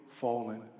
fallen